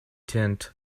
tent